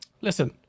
listen